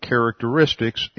Characteristics